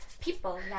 people